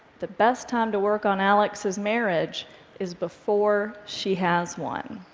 the best time to work on alex's marriage is before she has one.